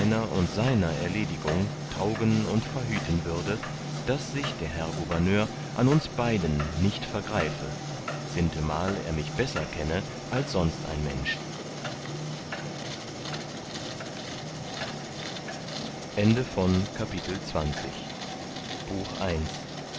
und seiner erledigung taugen und verhüten würde daß sich der herr gouverneur an uns beiden nicht vergreife sintemal er mich besser kenne als sonst kein mensch